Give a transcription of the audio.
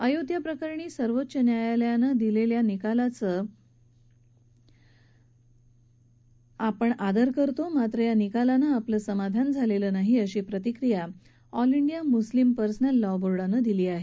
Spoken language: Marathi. आयोध्याप्रकरणी सर्वोच्च न्यायालयानं दिलेल्या निकालाचं आम्ही आदर करतो मात्र या निकालानं आमचं समाधान झालेलं नाही अशी प्रतिक्रिया all India Muslim personal law बोर्डानं दिली आहे